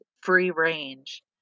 free-range